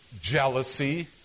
jealousy